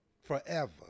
forever